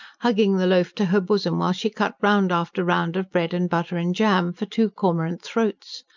hugging the loaf to her bosom while she cut round after round of bread and butter and jam, for two cormorant throats.